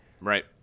Right